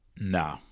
No